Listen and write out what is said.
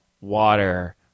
water